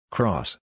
Cross